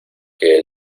que